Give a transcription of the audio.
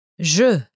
Je